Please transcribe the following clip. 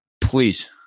please